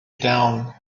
down